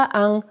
ang